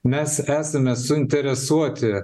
mes esame suinteresuoti